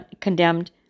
condemned